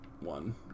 one